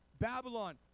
Babylon